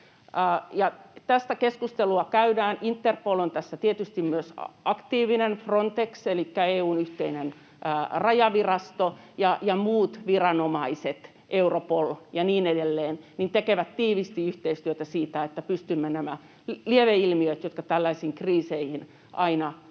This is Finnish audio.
tästä keskustelua käydään: Interpol on tässä tietysti myös aktiivinen, Frontex elikkä EU:n yhteinen rajavirasto ja muut viranomaiset, Europol ja niin edelleen, tekevät tiiviisti yhteistyötä siinä, että pystymme niitä lieveilmiöitä, jotka tällaisiin kriiseihin aina liittyvät,